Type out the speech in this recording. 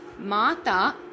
Mata